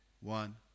one